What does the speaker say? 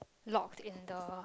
locked in the